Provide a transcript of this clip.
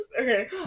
Okay